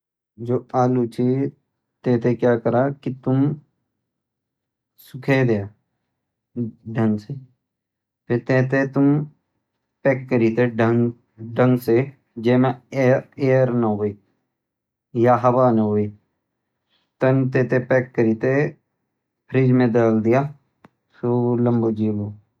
जु आलू छ तै थैं क्या करा कि तुम सुखै द्या ढंग से। फिर तै थैं तुम पैक करी तैं ढंग से जै म एयर न हो या हवा न हो। तन तै थैं पैक करी ते फ्रिज में डाल द्या तब हु लम्बु जीलु।